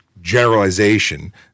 generalization